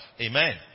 Amen